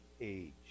age